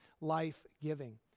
life-giving